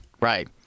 Right